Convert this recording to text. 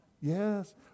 Yes